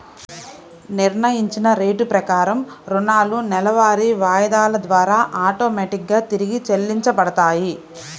నిర్ణయించిన రేటు ప్రకారం రుణాలు నెలవారీ వాయిదాల ద్వారా ఆటోమేటిక్ గా తిరిగి చెల్లించబడతాయి